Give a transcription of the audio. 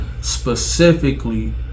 specifically